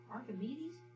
Archimedes